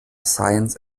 science